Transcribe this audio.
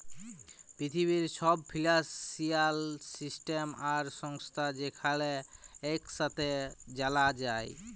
পিথিবীর ছব financial system আর সংস্থা যেখালে ইকসাথে জালা যায়